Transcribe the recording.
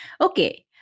Okay